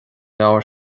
leabhar